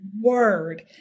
word